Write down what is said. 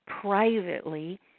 privately